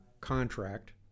contract